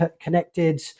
connected